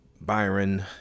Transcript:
Byron